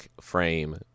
frame